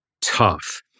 tough